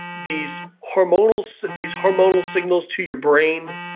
these hormonal so these hormonal signals to your brain,